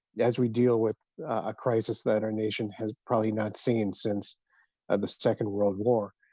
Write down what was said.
yeah as we deal with a crisis that our nation has probably not seen, since the second world war.